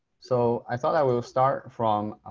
so i thought i will will start from